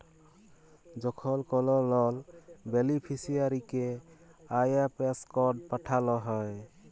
যখল কল লল বেলিফিসিয়ারিকে আই.এফ.এস কড পাঠাল হ্যয়